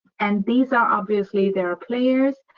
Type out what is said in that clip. and these are obviously there are players.